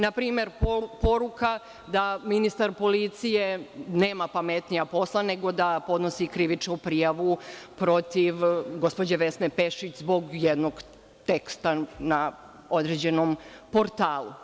Na primer, poruka da ministar policije nema pametnija posla nego da podnosi krivičnu prijavu protiv gospođe Vesne Pešić zbog jednog teksta na određenom portalu.